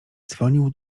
dzwonił